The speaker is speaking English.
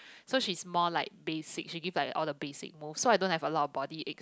so she's more like basic she gives like all the basic move so I don't have a lot of body acts